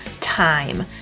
time